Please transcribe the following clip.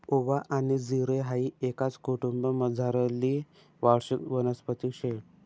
ओवा आनी जिरे हाई एकाच कुटुंबमझारली वार्षिक वनस्पती शे